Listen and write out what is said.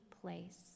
place